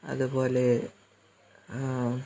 അതുപോലെ